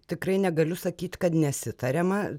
tikrai negaliu sakyt kad nesitariama